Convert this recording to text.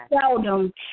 seldom